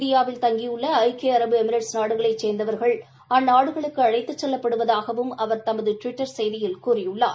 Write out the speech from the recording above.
இந்தியாவில் தங்கியுள்ள ஐக்கிய அரபு எமிரேட்ஸ் நாடுகளைச் சேர்ந்தவர்கள் அந்நாடுகளுக்கு அழைத்துச் செல்லப்படுவதாகவும் அவர் தமது டுவிட்டர் செய்தியில் கூறியுள்ளார்